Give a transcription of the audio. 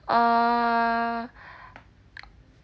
err